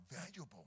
valuable